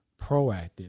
proactive